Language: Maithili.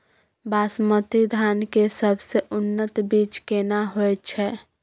बासमती धान के सबसे उन्नत बीज केना होयत छै?